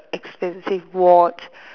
expensive watch